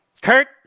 Kurt